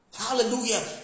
Hallelujah